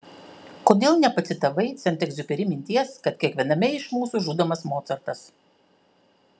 kodėl nepacitavai sent egziuperi minties kad kiekviename iš mūsų žudomas mocartas